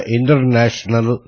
International